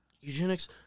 eugenics